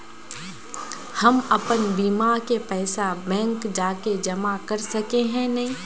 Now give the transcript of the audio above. हम अपन बीमा के पैसा बैंक जाके जमा कर सके है नय?